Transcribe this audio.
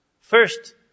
First